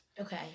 Okay